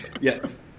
Yes